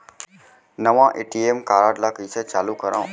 नवा ATM card ल कइसे चालू करव?